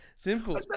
simple